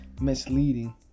misleading